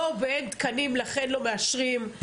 לא בכך שאין תקנים ולכן לא מאשרים.